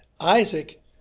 Isaac